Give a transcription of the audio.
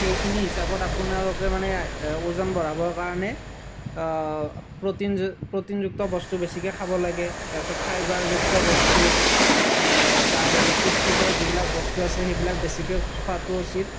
সেইখিনি হিচাপত আপোনালোকে মানে ওজন বঢ়াবৰ কাৰণে প্ৰ'টিনযু প্ৰ'টিনযুক্ত বস্তু বেছিকৈ খাব লাগে তাৰপিছত ফাইবাৰযুক্ত বস্তু তাৰপিছত পুষ্টিকৰ যিবিলাক বস্তু আছে সেইবিলাক বেছিকৈ খোৱাটো উচিত